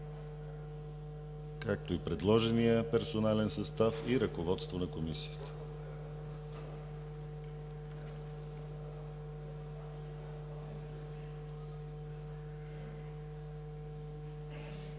и предложения персонален състав и ръководство на Комисията.